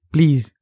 Please